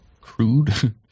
Crude